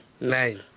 nine